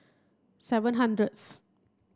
seven hundredth